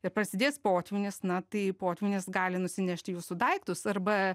ir prasidės potvynis na tai potvynis gali nusinešti jūsų daiktus arba